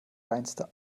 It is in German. reinste